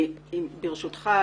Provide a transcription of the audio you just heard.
ברשותך,